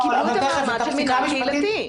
הם קיבלו את המעמד של מינהל קהילתי.